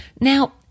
Now